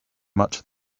much